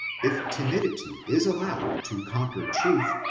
if timidity is allowed to conquer truth,